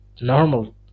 normal